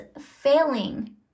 failing